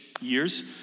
years